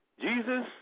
Jesus